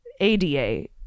ADA